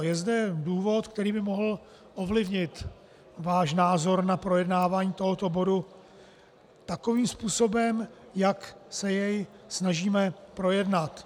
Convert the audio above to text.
Je zde důvod, který by mohl ovlivnit váš názor na projednávání tohoto bodu takovým způsobem, jak se jej snažíme projednat.